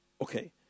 Okay